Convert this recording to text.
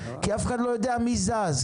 כי אף אחד לא יודע מי זז,